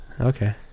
okay